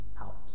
out